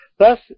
Thus